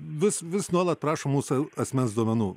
vis vis nuolat prašo mūsų asmens duomenų